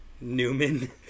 Newman